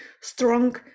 Strong